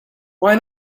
why